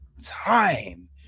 time